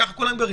ככה כולם גרים.